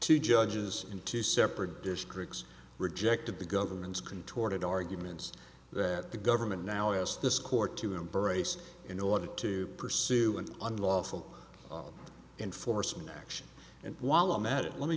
two judges in two separate districts rejected the government's contorted arguments that the government now has this court to embrace in order to pursue an unlawful enforcement action and while i'm at it let me